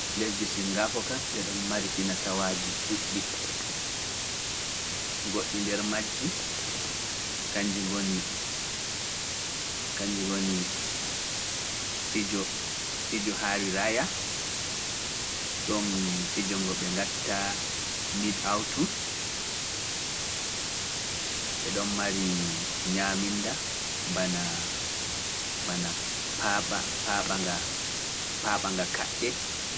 Lesdi Singapo kan ɓe ɗon mari finatawaaji ɗuuɗɗi goɗɗi nder majji, kañji ngoni fijo Hariraya, ɗon fijo ngo ɓe gatta Midaw tun, ɓe ɗon mari ñaminda bana paaɓa nga kaɗɓe ɗoon mari ñaaminda, bana bana paaɓa, paaɓa nga, paaɓa nga kaɗɗe.